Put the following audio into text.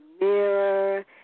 mirror